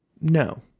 No